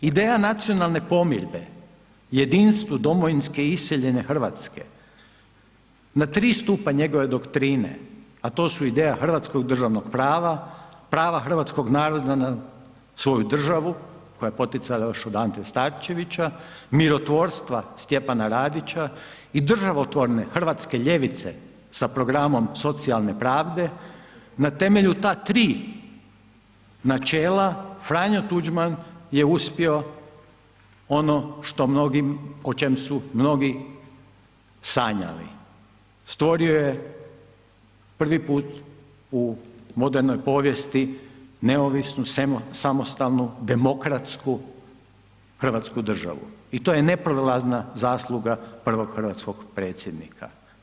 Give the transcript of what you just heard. Ideja nacionalne pomirbe jedinstvu domovinske iseljene RH na 3 stupa njegove doktrine, a to su ideja hrvatskog državnog prava, prava hrvatskog naroda na svoju državu koja je poticala još od Ante Starčevića, mirotvorstva Stjepana Radića i državotvorne hrvatske ljevice sa programom socijalne pravde, na temelju ta 3 načela Franjo Tuđman je uspio ono što mnogim, o čem su mnogi sanjali, stvorio je prvi put u modernoj povijesti neovisnu samostalnu demokratsku hrvatsku državu i to je neprolazna zasluga prvog hrvatskog predsjednika.